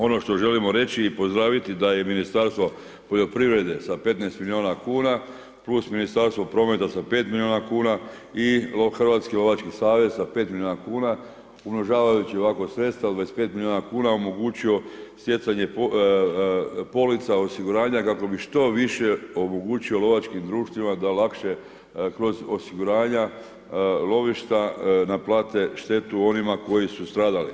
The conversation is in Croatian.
Ono što želimo reći i pozdraviti da je Ministarstvo poljoprivrede sa 15 milijuna kuna plus Ministarstvo prometa sa 5 milijuna kuna i Hrvatski lovački savez sa 5 milijuna kuna umnožavajući ovako sredstva od 25 milijuna kuna omogućio stjecanje polica osiguranja kako bi što više omogućio lovačkim društvima da lakše kroz osiguranja lovišta naplate štetu onima koji su stradali.